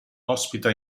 ospita